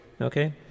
okay